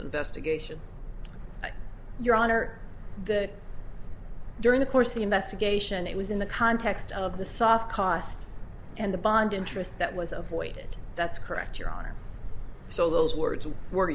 investigation your honor the during the course of the investigation it was in the context of the soft costs and the bond interest that was avoided that's correct your honor so those words were